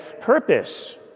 purpose